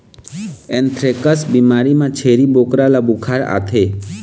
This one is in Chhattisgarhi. एंथ्रेक्स बिमारी म छेरी बोकरा ल बुखार आथे